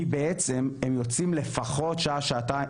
כי בעצם הם יוצאים לפחות שעה שעתיים,